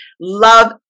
love